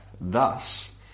thus